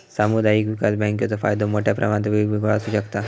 सामुदायिक विकास बँकेचो फायदो मोठ्या प्रमाणात वेगवेगळो आसू शकता